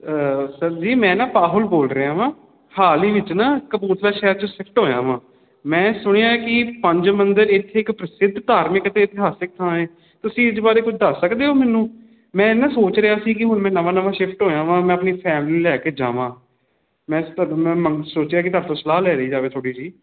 sir ji ਮੈਂ ਨਾ ਪਾਹੁਲ ਬੋਲ ਰਿਹਾ ਵਾਂ ਹਾਲ ਹੀ ਵਿੱਚ ਨਾ ਕਪੂਰਥਲਾ ਸ਼ਹਿਰ ਚ ਸਿਫਟ ਹੋਇਆ ਵਾ ਮੈਂ ਸੁਣਿਆ ਕਿ ਪੰਜ ਮੰਦਰ ਇੱਥੇ ਇੱਕ ਪ੍ਰਸਿੱਧ ਧਾਰਮਿਕ ਤੇ ਇਤਿਹਾਸਿਕ ਥਾਂ ਹੈ ਤੁਸੀਂ ਇਸ ਬਾਰੇ ਕੁਝ ਦੱਸ ਸਕਦੇ ਹੋ ਮੈਨੂੰ ਮੈਂ ਇਨਾ ਸੋਚ ਰਿਹਾ ਸੀ ਕਿ ਹੁਣ ਮੈਂ ਨਵਾਂ ਨਵਾਂ ਸ਼ਿਫਟ ਹੋਇਆ ਵਾਂ ਮੈਂ ਆਪਣੀ ਫੈਮਲੀ ਲੈ ਕੇ ਜਾਵਾਂ ਮੈਂ ਤੁਹਾਨੂੰ ਮੈਂ ਸੋਚਿਆ ਕਿ ਤੁਹਾਡੇ ਤੋਂ ਸਲਾਹ ਲੈ ਲਈ ਜਾਵੇ ਛੋਟੀ ਜੀ